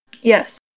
Yes